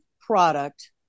product